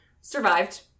Survived